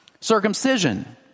Circumcision